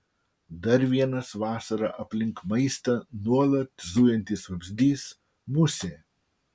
dar vienas vasarą aplink maistą nuolat zujantis vabzdys musė